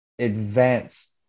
advanced